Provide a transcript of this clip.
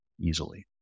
easily